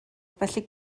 felly